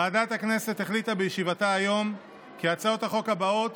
ועדת הכנסת החליטה בישיבתה היום כי הצעות החוק הבאות